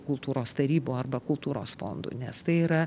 kultūros tarybų arba kultūros fondų nes tai yra